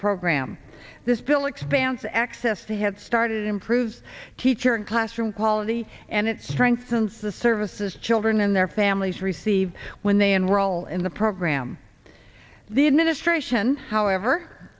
program this bill expands access to have started improves teacher in classroom quality and it strengthens the services children and their families receive when they enroll in the program the administration however